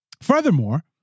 Furthermore